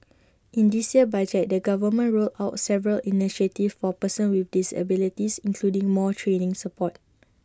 in this year's budget the government rolled out several initiatives for persons with disabilities including more training support